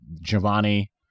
Giovanni